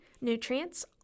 nutrients